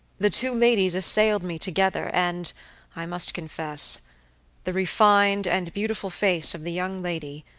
the two ladies assailed me together, and i must confess the refined and beautiful face of the young lady,